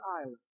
island